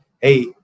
hey